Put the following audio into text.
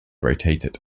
rotated